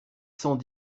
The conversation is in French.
cent